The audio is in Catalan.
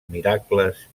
miracles